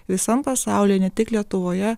visam pasauly ne tik lietuvoje